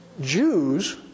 Jews